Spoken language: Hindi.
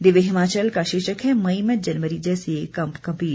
दिव्य हिमाचल का शीर्षक है मई में जनवरी जैसी कंपकंपी